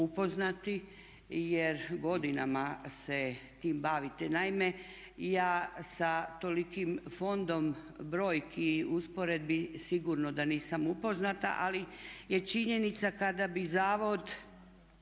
uključena./… jer godinama se tim bavite. Naime, ja sa tolikim fondom brojki, usporedbi sigurno da nisam upoznata ali je činjenica kada bi zavod